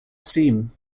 steam